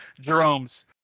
Jerome's